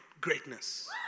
greatness